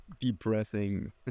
Depressing